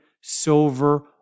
silver